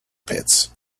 pits